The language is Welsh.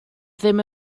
ddim